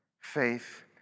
faith